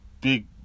big